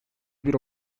bir